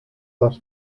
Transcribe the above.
was